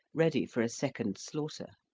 ready for a second slaughter.